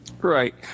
right